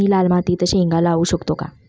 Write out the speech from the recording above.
मी लाल मातीत शेंगा लावू शकतो का?